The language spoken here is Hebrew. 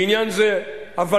לעניין זה הוולוני,